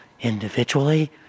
individually